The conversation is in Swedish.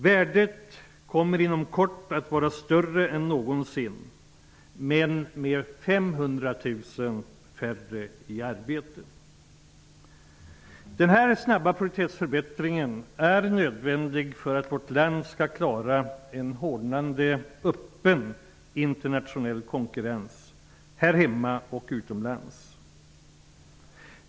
Värdet kommer inom kort att vara större än någonsin, men med 500 000 färre i arbete. Den här snabba produktivitetsförbättringen är nödvändig för att vårt land skall klara en hårdnande öppen internationell konkurrens här hemma och utomlands.